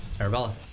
Arabella